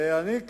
אני,